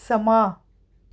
ਸਮਾਂ